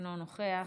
אינו נוכח,